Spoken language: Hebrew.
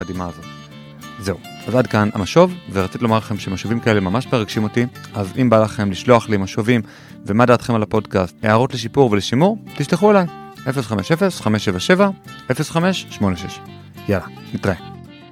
זהו, אז עד כאן המשוב ורציתי לומר לכם שמשובים כאלה ממש מרגשים אותי אז אם בא לכם לשלוח לי משובים ומה דעתכם על הפודקאסטת הערות לשיפור ולשימור תשלחו אליי 050-577-0586 יאללה, נתראה